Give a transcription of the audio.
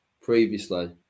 previously